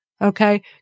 Okay